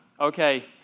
okay